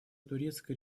турецкой